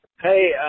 Hey